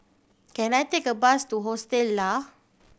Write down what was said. can I take a bus to Hostel Lah